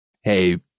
Hey